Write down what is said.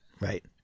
Right